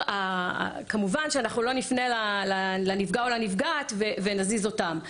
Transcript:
כמובן שאנחנו לא נפנה לנפגע או לנפגעת ונזיז אותם,